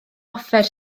offer